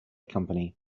company